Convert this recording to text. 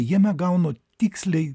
jame gaunu tiksliai